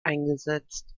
eingesetzt